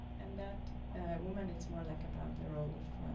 and that woman, it's more like about the role of